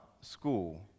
school